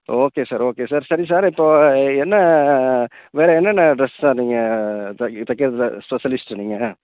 okay sir okay sir சரி sir இப்போது என்ன வேறு என்னென்ன ட்ரெஸ் சார் நீங்கள் தைக்க தைக்கிறதுல ஸ்பெஷலிஸ்ட்டு நீங்கள்